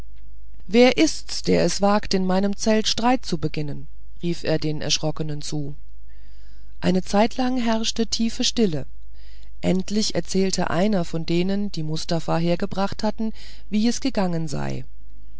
wer ist's der es wagt in meinem zelte streit zu beginnen rief er den erschrockenen zu eine zeitlang herrschte tiefe stille endlich erzählte einer von denen die mustafa hergebracht hatten wie es gegangen sei